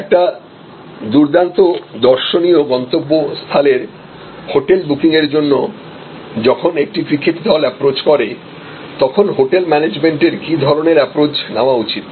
একটি দুর্দান্ত দর্শনীয় গন্তব্য স্থানের হোটেল বুকিংয়ের জন্য যখন একটি ক্রিকেট দল অ্যাপ্রচ করে তখন হোটেল ম্যানেজমেন্টের কি ধরনের অ্যাপ্রচ নেওয়া উচিত